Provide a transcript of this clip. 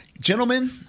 Gentlemen